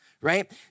right